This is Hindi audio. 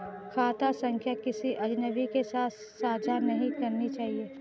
खाता संख्या किसी अजनबी के साथ साझा नहीं करनी चाहिए